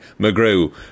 McGrew